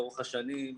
לאורך השנים,